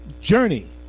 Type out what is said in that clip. journey